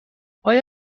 آیا